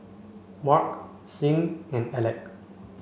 Marc Sing and Alec